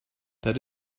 that